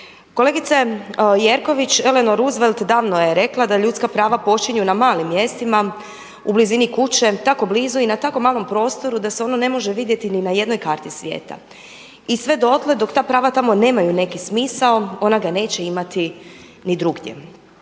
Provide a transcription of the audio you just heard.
Kolegice Jerković Ellen Roosevelt davno je rekla da ljudska prava počinju na malim mjestima u blizini kuće, tako blizu i na tako malom prostoru da se ono ne može vidjeti ni na jednoj karti svijeta. I sve dotle dok ta prava tamo nemaju neki smisao ona ga neće imati ni drugdje.